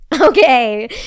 Okay